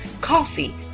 Coffee